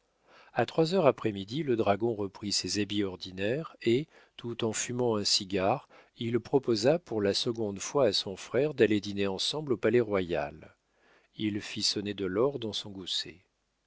a trois heures après-midi le dragon reprit ses habits ordinaires et tout en fumant un cigare il proposa pour la seconde fois à son frère d'aller dîner ensemble au palais-royal il fit sonner de l'or dans son gousset